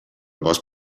bosc